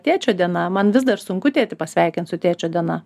tėčio diena man vis dar sunku tėtį pasveikint su tėčio diena